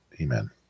amen